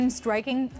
striking